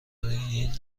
این